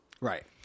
Right